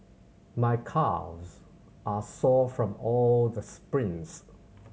my calves are sore from all the sprints